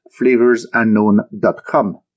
flavorsunknown.com